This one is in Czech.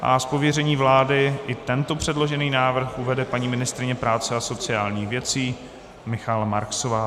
Z pověření vlády i tento předložený návrh uvede paní ministryně práce a sociálních věcí Michaela Marksová.